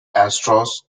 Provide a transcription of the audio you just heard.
astros